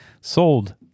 sold